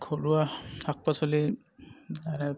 ঘৰুৱা শাক পাচলি মানে